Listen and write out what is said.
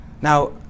Now